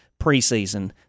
preseason